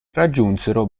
raggiunsero